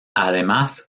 además